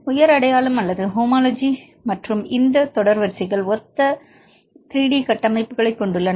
உயர் அடையாளம் அல்லது ஹோமோலஜி மற்றும் இந்த தொடர் வரிசைகள் ஒத்த 3D கட்டமைப்புகளைக் கொண்டுள்ளன